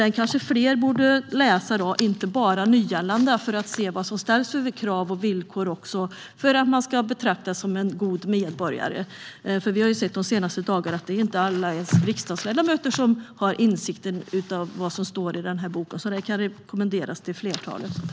Den kanske fler än bara nyanlända borde läsa för att se vad det är för krav och villkor som ställs för att man ska betraktas som en god medborgare. Vi har sett de senaste dagarna att inte ens alla riksdagsledamöter har insikt i det som står i den här boken. Den kan alltså rekommenderas till flertalet.